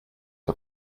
for